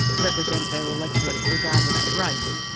represent their electorate regardless of race,